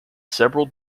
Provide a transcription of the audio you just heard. several